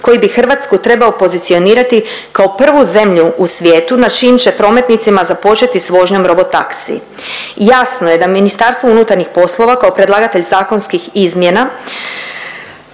koji bi Hrvatsku trebao pozicionirati kao prvu zemlju u svijetu na čijim će prometnicama započeti s vožnjom robotaksiji. Jasno je da MUP kao predlagatelj zakonskih izmjena